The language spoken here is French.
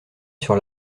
sur